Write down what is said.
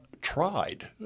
tried